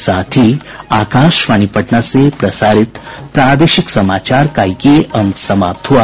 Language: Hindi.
इसके साथ ही आकाशवाणी पटना से प्रसारित प्रादेशिक समाचार का ये अंक समाप्त हुआ